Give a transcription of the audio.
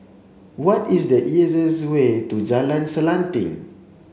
what is the easiest way to Jalan Selanting